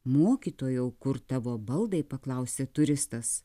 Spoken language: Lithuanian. mokytojau kur tavo baldai paklausė turistas